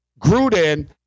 Gruden